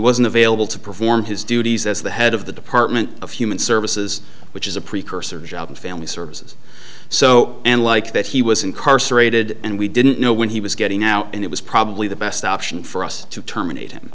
wasn't available to perform his duties as the head of the department of human services which is a precursor job and family services so and like that he was incarcerated and we didn't know when he was getting out and it was probably the best option for us to terminate him